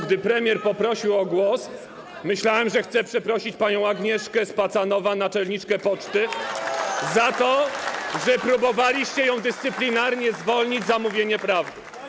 Gdy premier poprosił o głos, myślałem, że chce przeprosić panią Agnieszkę z Pacanowa, naczelniczkę poczty, za to, że próbowaliście ją dyscyplinarnie zwolnić za mówienie prawdy.